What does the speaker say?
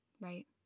right